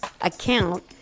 account